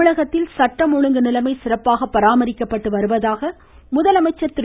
தமிழகத்தில் சட்டம் ஒழுங்கு நிலைமை சிறப்பாக பராமரிக்கப்பட்டு வருவதாக முதலமைச்சர் திரு